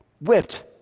whipped